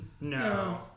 no